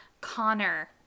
Connor